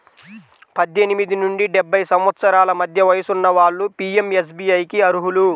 పద్దెనిమిది నుండి డెబ్బై సంవత్సరాల మధ్య వయసున్న వాళ్ళు పీయంఎస్బీఐకి అర్హులు